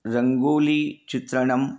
रङ्गोलि चित्रणम्